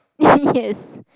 yes